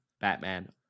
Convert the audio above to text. Batman